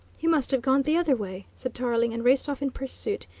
he must have gone the other way, said tarling, and raced off in pursuit,